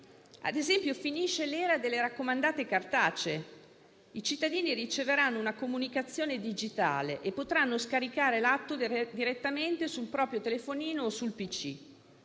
ad esempio - delle raccomandate cartacee; i cittadini riceveranno una comunicazione digitale e potranno scaricare l'atto direttamente sul proprio telefonino o sul PC.